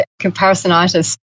comparisonitis